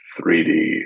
3D